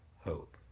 hope